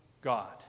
god